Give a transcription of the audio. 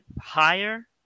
Higher